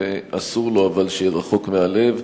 אבל אסור לו שיהיה רחוק מהלב.